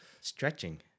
stretching